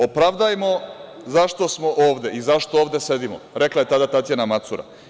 Opravdajmo zašto smo ovde i zašto ovde sedimo, rekla je tada Tatjana Macura.